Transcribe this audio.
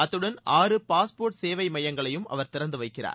அத்துடன் ஆறு பாஸ்போர்ட் சேவை மையங்களையும் அவர் திறந்து வைக்கிறார்